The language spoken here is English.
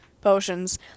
Potions